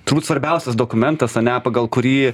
turbūt svarbiausias dokumentas ane pagal kurį